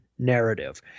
narrative